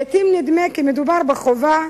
לעתים נדמה כי מדובר בחובה,